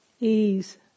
ease